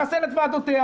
לחסל את ועדותיה,